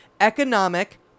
economic